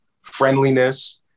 friendliness